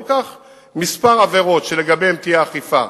ניקח כמה עבירות שלגביהן תהיה אכיפה.